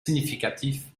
significatif